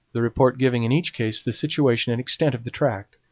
the report giving in each case the situation and extent of the tract,